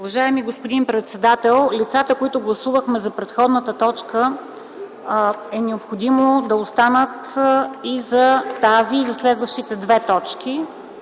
Уважаеми господин председател, лицата, които гласувахме за предходната точка, е необходимо да останат и за тази, и за следващите две точки.